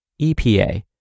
EPA